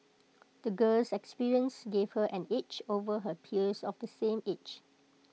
the girl's experiences gave her an edge over her peers of the same age